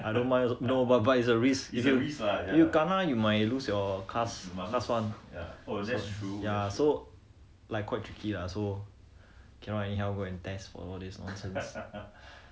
I wonder how much they will pay also I don't mind but but is a risk you kena you might lose your last last one ya so